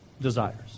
desires